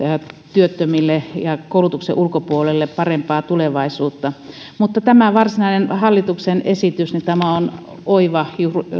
työttömille ja koulutuksen ulkopuolella oleville parempaa tulevaisuutta mutta tämä varsinainen hallituksen esitys on oiva